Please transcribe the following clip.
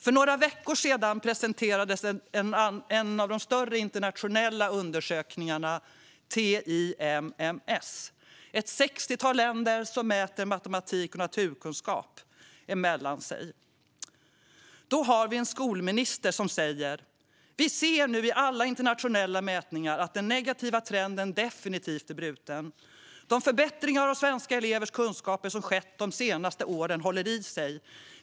För några veckor sedan presenterades en av de större internationella undersökningarna, Timss, där ett sextiotal länder mäter matetematik och naturkunskap mellan sig. Då har vi en skolminister som säger: "Vi ser nu i alla internationella mätningar att den negativa trenden definitivt är bruten. De förbättringar av svenska elevers kunskaper som skett de senaste åren håller i sig.